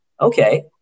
okay